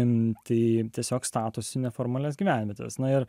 remti jiems tiesiog statosi neformalias dvejetas na ir